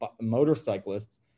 motorcyclists